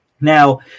Now